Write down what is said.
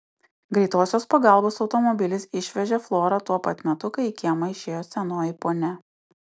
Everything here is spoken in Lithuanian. greitosios pagalbos automobilis išvežė florą tuo pat metu kai į kiemą išėjo senoji ponia